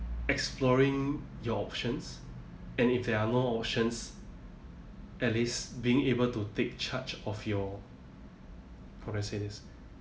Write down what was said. exploring your options and if there are no options at least being able to take charge of your how do I say this